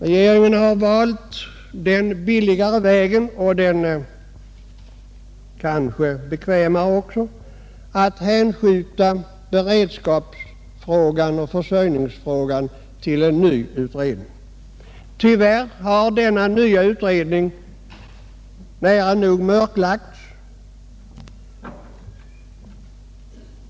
Regeringen har valt den billigare och kanske bekvämare vägen att hänskjuta beredskaps och försörjningsfrågorna till en ny ulredning. Tyvärr har denna nya utredning nära nog mörklagts.